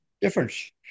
difference